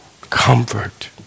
Comfort